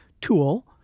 tool